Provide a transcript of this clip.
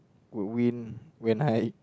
would win when I